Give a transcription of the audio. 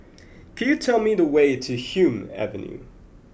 could you tell me the way to Hume Avenue